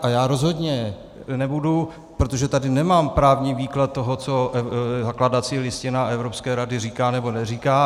A já rozhodně nebudu protože tady nemám právní výklad toho, co zakládací listina Evropské rady říká nebo neříká.